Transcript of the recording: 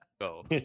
go